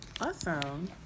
Awesome